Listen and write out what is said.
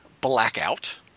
Blackout